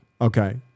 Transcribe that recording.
Okay